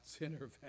intervention